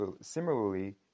Similarly